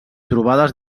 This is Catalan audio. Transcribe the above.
trobades